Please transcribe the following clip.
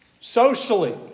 socially